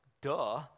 duh